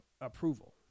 approval